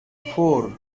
four